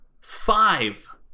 five